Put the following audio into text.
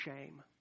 shame